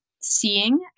seeing